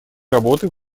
работы